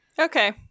okay